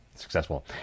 successful